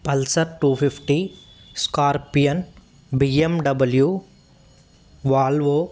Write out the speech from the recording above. pulsar two fifty scorpion BMW Volvo